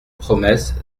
promesse